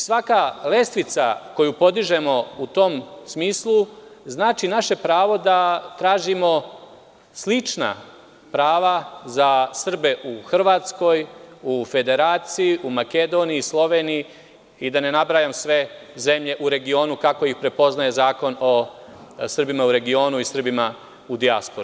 Svaka lestvica koju podižemo u tom smislu, znači naše pravo da tražimo slična prava u Hrvatskoj, u Federaciji, u Makedoniji, Sloveniji i da ne nabrajam sve zemlje u regionu, kako ih prepoznaj Zakon o Srbima u regionu i Srbima u dijaspori.